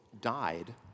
died